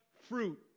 fruit